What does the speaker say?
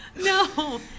No